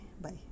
Bye